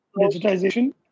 digitization